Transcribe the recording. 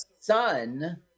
son